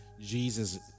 Jesus